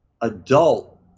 adult